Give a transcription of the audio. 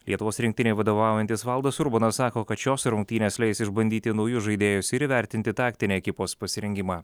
lietuvos rinktinei vadovaujantis valdas urbonas sako kad šios rungtynės leis išbandyti naujus žaidėjus ir įvertinti taktinę ekipos pasirengimą